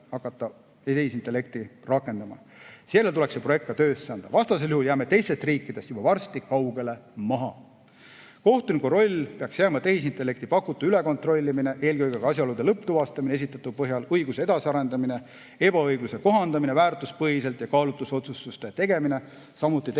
hakata tehisintellekti rakendama. Seejärel tuleks see projekt ka töösse anda, vastasel juhul jääme teistest riikidest juba varsti kaugele maha. Kohtuniku rolliks peaks jääma tehisintellekti pakutu ülekontrollimine, eelkõige aga asjaolude lõpptuvastamine esitatu põhjal, õiguse edasiarendamine, ebaõigluse kohandamine väärtuspõhiselt ja kaalutlusotsustuste tegemine, samuti tehisintellekti